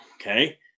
Okay